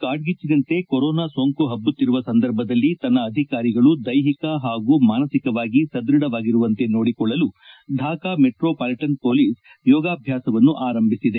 ಬಾಂಗ್ಲಾ ದೇಶದಲ್ಲಿ ಕಾರ್ಸಿಟ್ಟನಂತೆ ಕೊರೋನಾ ಸೋಂಕು ಹಬ್ಬುತ್ತಿರುವ ಸಂದರ್ಭದಲ್ಲಿ ತನ್ನ ಅಧಿಕಾರಿಗಳು ದೈಹಿಕ ಹಾಗೂ ಮಾನಸಿಕವಾಗಿ ಸದ್ಪಢವಾಗಿರುವಂತೆ ನೋಡಿಕೊಳ್ಳಲು ಢಾಕಾ ಮೆಟ್ರೋ ಪಾಲಿಟನ್ ಮೊಲೀಸ್ ಯೋಗಾಭ್ಯಾಸವನ್ನು ಆರಂಭಿಸಿದೆ